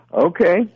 Okay